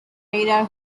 radar